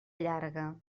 llarga